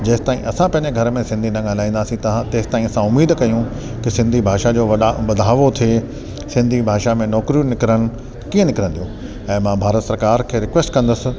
जेसि ताईं असां पंहिंजे घर में सिंधी न ॻाल्हाईंदासीं त हा तेसि ताईं असां उमीद कयूं त सिंधी भाषा जो वॾा वधारो थिए सिंधी भाषा में नौकिरियूं निकरनि कीअं निकिरंदियूं ऐं मां भारत सरकार खे रिक्वेस्ट कंदसि